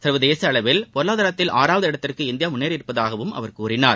சர்வதேச அளவில் பொருளாதாரத்தில் ஆறாவது இடத்திற்கு இந்தியா முன்னேறியுள்ளதாகவும் அவர் கூறினார்